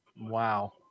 Wow